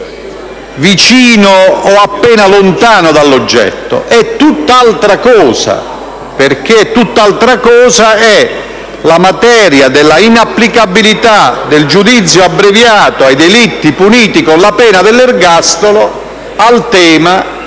vicino o appena lontano dall'oggetto, bensì tutt'altra cosa. Tutt'altra cosa, infatti, è la materia della inapplicabilità del giudizio abbreviato ai delitti puniti con la pena dell'ergastolo rispetto